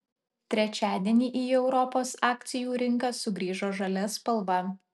trečiadienį į europos akcijų rinką sugrįžo žalia spalva